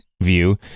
view